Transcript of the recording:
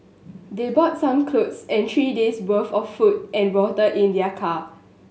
they brought some cloth and three days'worth of food and water in their car